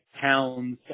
towns